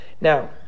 Now